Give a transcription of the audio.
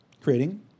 creating